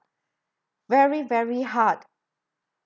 very very hard